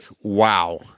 wow